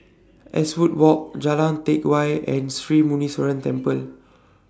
Eastwood Walk Jalan Teck Whye and Sri Muneeswaran Temple